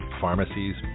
pharmacies